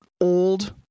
old